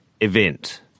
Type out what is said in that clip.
Event